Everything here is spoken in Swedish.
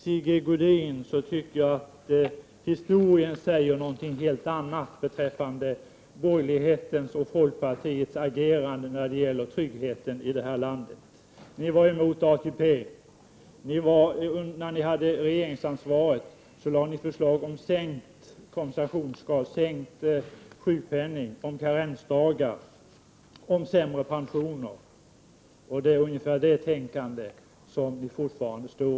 Sigge Godin! Jag tycker att historien säger något helt annat om folkpartiets och den övriga borgerlighetens agerande i trygghetsfrågorna i vårt land. Ni var emot ATP. När ni hade regeringsansvaret lade ni fram förslag om sänkt sjukpenning, om karensdagar och om sämre pensioner, och det är såvitt jag förstår ungefär den inriktning som ni fortfarande har.